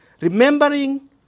Remembering